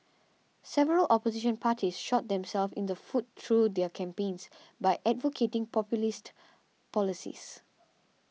several opposition parties shot themselves in the foot through their campaigns by advocating populist policies